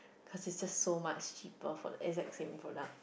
cause is just so much cheaper for the exact same product